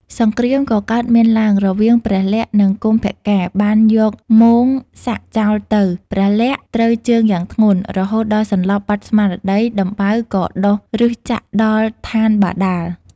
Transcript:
សង្គ្រាមក៏កើតមានឡើង រវាងព្រះលក្សណ៍ និងកុម្ពកាណ៍បានយកមោង្គសក្តិចោលទៅ ព្រះលក្សណ៍ត្រូវជើងយ៉ាងធ្ងន់ រហូតដល់សន្លប់បាត់ស្មារតី ដំបៅក៏ដុះឫសចាក់ដល់ឋានបាតាល។